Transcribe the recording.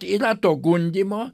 yra to gundymo